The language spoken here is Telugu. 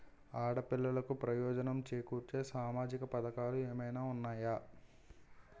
ఆడపిల్లలకు ప్రయోజనం చేకూర్చే సామాజిక పథకాలు ఏమైనా ఉన్నాయా?